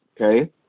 okay